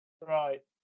Right